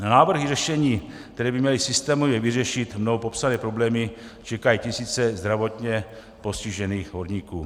Na návrhy řešení, které by měly systémově vyřešit mnou popsané problémy, čekají tisíce zdravotně postižených horníků.